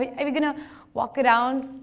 i mean going to walk around,